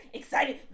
excited